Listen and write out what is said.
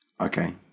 Okay